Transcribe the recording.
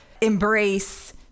embrace